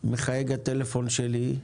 מצלצל הטלפון שלי,